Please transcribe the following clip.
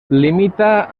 limita